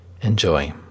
Enjoy